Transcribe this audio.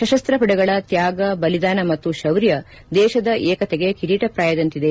ಸಶಸ್ತ ಪಡೆಗಳ ತ್ನಾಗ ಬಲಿದಾನ ಮತ್ತು ಶೌರ್ಯ ದೇಶದ ಏಕತೆಗೆ ಕಿರೀಟಪ್ರಾಯದಂತಿದೆ